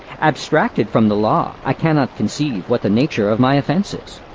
abstracted from the law, i cannot conceive what the nature of my offense is.